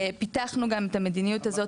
פיתחנו גם את המדיניות הזאת,